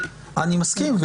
אני מסכים.